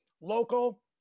Local